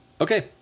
Okay